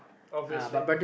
obviously